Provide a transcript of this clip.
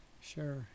Sure